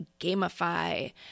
gamify